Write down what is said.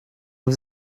was